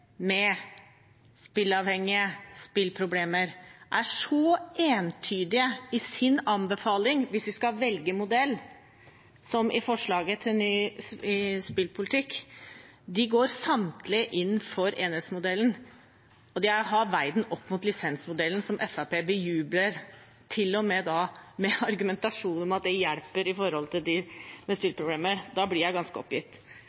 med spilleavhengige og spillproblemer, entydige i sin anbefaling: Hvis vi skal velge modell, som i forslaget til ny spillpolitikk, går samtlige inn for enerettsmodellen. De har veid den opp mot lisensmodellen, som Fremskrittspartiet bejubler, til og med med argumentasjonen om at det hjelper for dem med spillproblemer. Da blir jeg ganske oppgitt.